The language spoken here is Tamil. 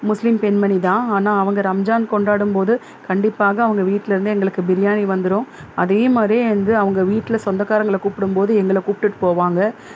முஸ்லீம் பெண்மணிதான் ஆனால் அவங்க ரம்ஜான் கொண்டாடும்போது கண்டிப்பாக அவங்க வீட்டுலிருந்து எங்களுக்கு பிரியாணி வந்துடும் அதேமாதிரி வந்து அவங்க வீட்டில் சொந்தக்காரங்களை கூப்பிடும்போது எங்களை கூப்பிட்டுட்டு போவாங்க